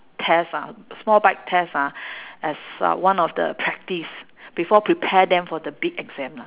test ah small bite test ah as uh one of the practice before prepare them for the big exam lah